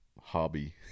hobby